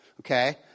Okay